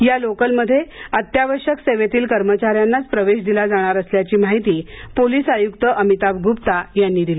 या लोकलमध्ये अत्यावश्यक सेवेतील कर्मचाऱ्यांनाच प्रवेश दिला जाणार असल्याची माहिती पोलिस आयुक्त अमिताभ ग्रुप्ता यांनी दिली